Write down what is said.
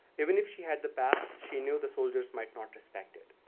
even if she had the pass, she knew the soldiers might not respect it.